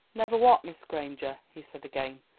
never what, miss granger? he said again,